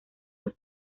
sus